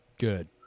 good